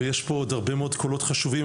ויש פה עוד הרבה מאוד קולות חשובים.